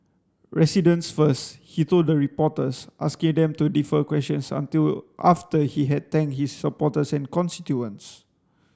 residents first he told the reporters asking them to defer questions until after he had thanked his supporters and constituents